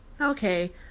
Okay